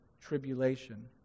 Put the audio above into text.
tribulation